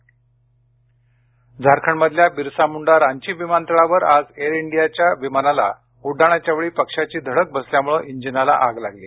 रांची दुर्घटना टळली झारखंड मधल्या बिरसा मुंडा रांची विमानतळावर आज एअर इंडियाच्या विमानाला उड्डाणाच्या वेळी पक्ष्याची धडक बसल्यामुळे इजिनाला आग लागली